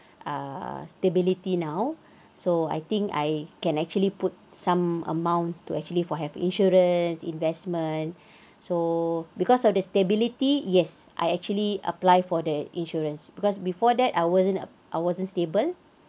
uh stability now so I think I can actually put some amount to actually for have insurance investment so because of the stability yes I actually apply for the insurance because before that I wasn't I wasn't stable